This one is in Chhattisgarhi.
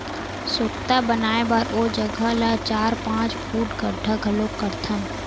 सोख्ता बनाए बर ओ जघा ल चार, पाँच फूट गड्ढ़ा घलोक करथन